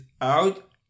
out